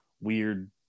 weird